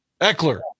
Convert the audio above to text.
Eckler